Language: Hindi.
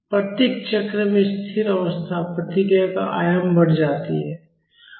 प्रत्येक चक्र में स्थिर अवस्था प्रतिक्रिया का आयाम बढ़ जाती हैं